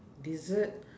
dessert